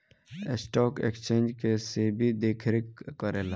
stock exchange के सेबी देखरेख करेला